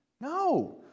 No